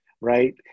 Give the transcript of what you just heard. right